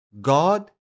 God